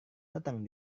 datang